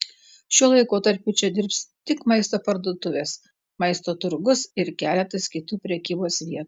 šiuo laikotarpiu čia dirbs tik maisto parduotuvės maisto turgus ir keletas kitų prekybos vietų